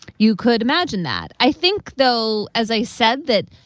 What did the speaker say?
you could imagine that. i think though as i said that